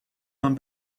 aan